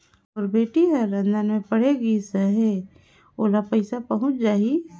मोर बेटी हर लंदन मे पढ़े गिस हय, ओला पइसा पहुंच जाहि?